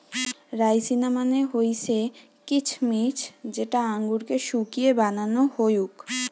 রাইসিনা মানে হৈসে কিছমিছ যেটা আঙুরকে শুকিয়ে বানানো হউক